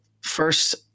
first